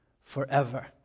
forever